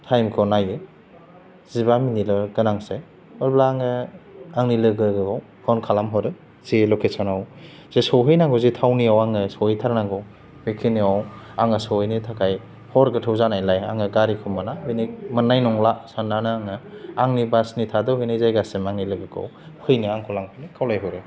टाइमखौ नायो जिबा मिनिट गोनांसै अब्ला आङो आंनि लोगोखौ फन खालामहरो जे लकेसोनाव सौहैनांगौ जे थावनियाव सौहैथारनांगौ बेखिनियावनो आङो सौहैनो थाखाय हर गोथौ जानायलाय आङो गारिखौ मोना बेनि मोननाय नंला सान्नानै आङो आंनि बासनि थाथ'हैनाय जायगासिम आंनि लोगोखौ फैनो आंखौ लांफैनो खावलायह'रो